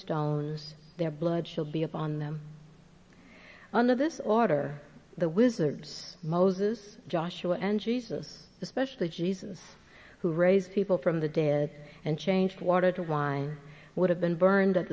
stones their blood shall be upon them under this order the wizards moses joshua and jesus especially jesus who raised people from the dead and changed water to wine would have been burned at